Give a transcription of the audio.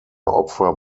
opfer